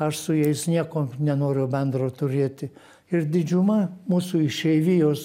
aš su jais nieko nenoriu bendro turėti ir didžiuma mūsų išeivijos